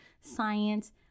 science